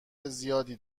زیادی